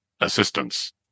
assistance